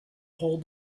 hold